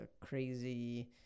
crazy